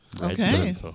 Okay